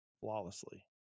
flawlessly